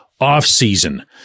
offseason